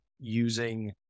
using